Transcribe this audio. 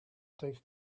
take